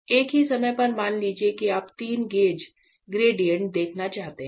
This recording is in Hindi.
एक ही समय पर मान लीजिए कि आप तीन गेज ग्रेडिएंट देखना चाहते हैं